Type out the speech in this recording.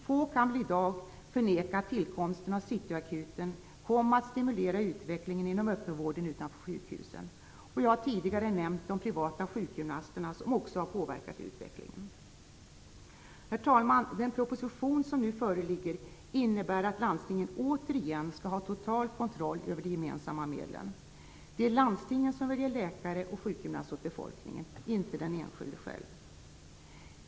Få kan väl i dag förneka att tillkomsten av City-Akuten kom att stimulera utvecklingen inom öppenvården utanför sjukhusen. Och jag har tidigare nämnt de privata sjukgymnasterna som också har påverkat utvecklingen. Herr talman! Den proposition som nu föreligger innebär att landstingen återigen skall ha total kontroll över de gemensamma medlen. Det är landstingen som väljer läkare och sjukgymnast åt befolkningen, inte den enskilde själv.